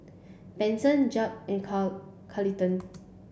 Benson Jeb and Car Carleton